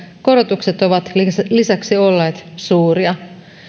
korotukset ovat lisäksi olleet suuria